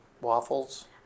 waffles